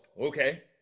okay